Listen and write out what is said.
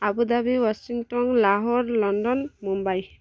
Abu Dhabi Washington Lahore London Mumbai